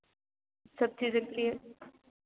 सब चीज़ों के लिए